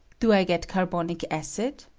do i get carbonic acid?